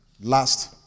last